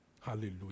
Hallelujah